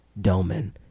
Doman